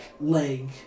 leg